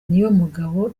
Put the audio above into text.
niyomugabo